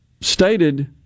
stated